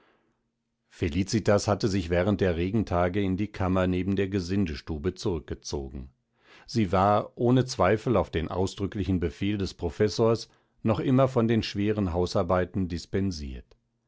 felicitas hatte sich während der regentage in die kammer neben der gesindestube zurückgezogen sie war ohne zweifel auf den ausdrücklichen befehl des professors noch immer von der schweren hausarbeiten dispensiert